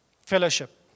fellowship